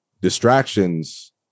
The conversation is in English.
distractions